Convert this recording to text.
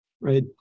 right